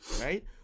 right